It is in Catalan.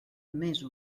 més